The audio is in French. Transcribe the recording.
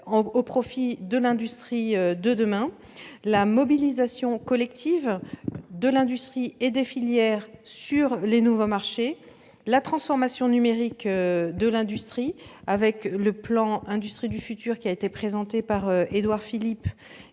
au profit de l'industrie de demain, la mobilisation collective de l'industrie et des filières sur les nouveaux marchés et la transformation numérique de l'industrie à travers la présentation du plan Industrie du futur par Édouard Philippe